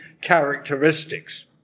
characteristics